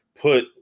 put